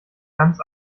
ganz